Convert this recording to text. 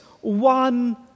one